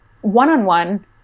one-on-one